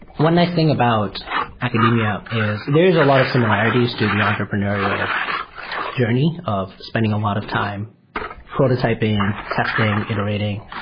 one nice thing about academia is there is a lot of similarities to the entrepreneurial journey of spending a lot of time prototyping, testing, iterating.